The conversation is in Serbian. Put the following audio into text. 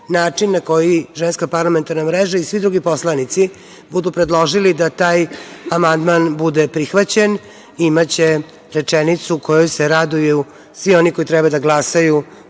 način na koji Ženska parlamentarna mreža i svi drugi poslanici budu predložili da taj amandman bude prihvaćen imaće rečenicu kojoj se raduju svi oni koji treba da glasaju